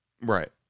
Right